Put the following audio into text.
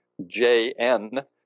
JN